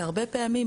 והרבה פעמים,